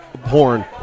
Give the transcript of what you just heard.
horn